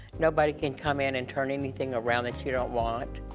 nobody can come in and turn anything around that you don't want.